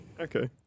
Okay